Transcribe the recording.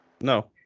No